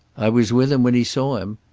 i was with him when he saw him.